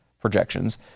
projections